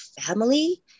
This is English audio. family